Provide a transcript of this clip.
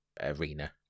arena